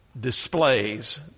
displays